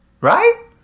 Right